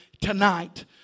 tonight